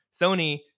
Sony